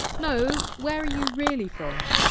no, where are you really from!